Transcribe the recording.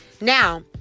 Now